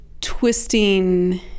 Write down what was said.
twisting